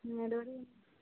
ಹನ್ನೆರಡೂವರೆ